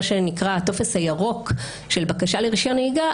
מה שנקרא הטופס הירוק של בקשה לרישיון נהיגה,